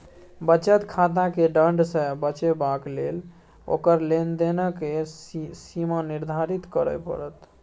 बचत खाताकेँ दण्ड सँ बचेबाक लेल ओकर लेन देनक सीमा निर्धारित करय पड़त